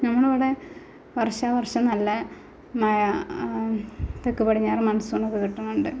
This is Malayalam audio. നമ്മുടെ ഇവിടെ വർഷാ വർഷം നല്ല മഴ തെക്ക് പടിഞ്ഞാറൻ മൺസൂണൊക്കെ കിട്ടുന്നുണ്ട്